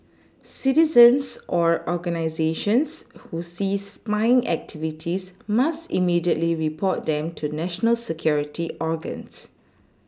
citizens or organisations who see spying activities must immediately report them to national security organs